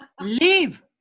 Leave